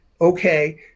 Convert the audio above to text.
okay